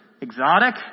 exotic